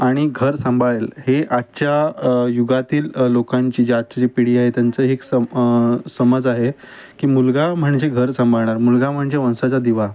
आणि घर संभाळेल हे आजच्या युगातील लोकांची जी आजच्या जी पिढी आहे त्यांचं एक सम समज आहे की मुलगा म्हणजे घर संभाळणार मुलगा म्हणजे वंसाचा दिवा